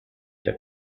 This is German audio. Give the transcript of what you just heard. der